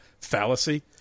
fallacy